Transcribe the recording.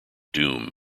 doom